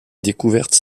découvertes